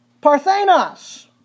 Parthenos